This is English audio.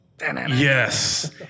Yes